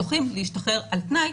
זוכים להשתחרר על תנאי,